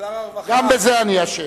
גם בזה אני אשם,